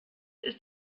ist